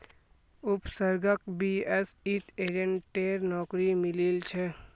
उपसर्गक बीएसईत एजेंटेर नौकरी मिलील छ